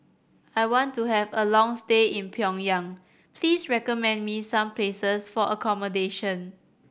I want to have a long stay in Pyongyang please recommend me some places for accommodation